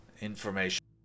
information